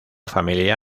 familia